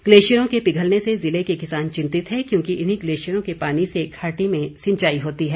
ग्लेशियरों के पिघलने से ज़िले के किसान चिंतित है क्योंकि इन्हीं ग्लेशियरों के पानी से घाटी में सिंचाई होती है